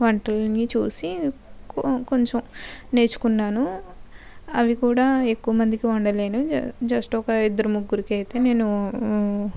వంటలని చూసి కొం కొంచెం నేర్చుకున్నాను అవి కూడా ఎక్కువ మందికి వండలేను జస్ట్ ఒక ఇద్దరు ముగ్గురికి అయితే నేను